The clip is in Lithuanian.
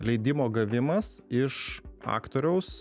leidimo gavimas iš aktoriaus